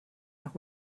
nach